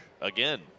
again